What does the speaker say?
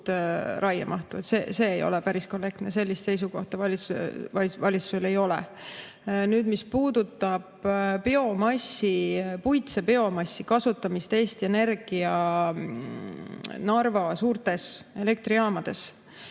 raiemahtu. See ei ole päris korrektne, sellist seisukohta valitsusel ei ole. Nüüd, mis puudutab biomassi, puitse biomassi kasutamist Eesti Energia Narva suurtes elektrijaamades,